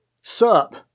sup